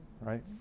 Right